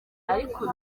ariko